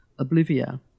Oblivia